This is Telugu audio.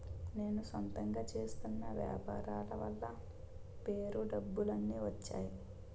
నేను సొంతంగా చేస్తున్న వ్యాపారాల వల్ల పేరు డబ్బు అన్ని వచ్చేయి